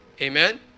Amen